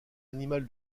animal